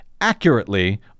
accurately